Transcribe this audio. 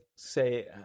say